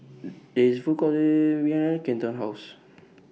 There IS Food Court Kenton's House